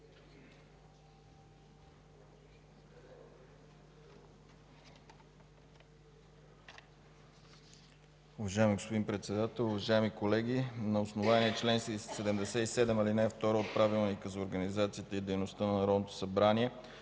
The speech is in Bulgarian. Уважаеми господин Председател, уважаеми колеги! На основание чл. 77, ал. 2 от Правилника за организацията и дейността на Народното събрание